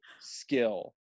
skill